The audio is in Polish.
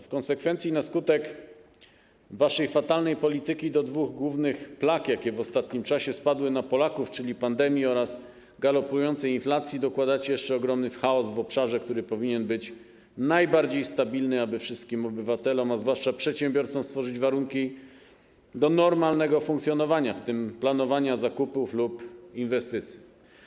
W konsekwencji na skutek waszej fatalnej polityki do dwóch głównych plag, jakie w ostatnim czasie spadły na Polaków, czyli pandemii oraz galopującej inflacji, dokładacie jeszcze ogromny chaos w obszarze, który powinien być najbardziej stabilny, aby wszystkim obywatelom, a zwłaszcza przedsiębiorcom, stworzyć warunki do normalnego funkcjonowania, w tym planowania zakupów lub inwestycji.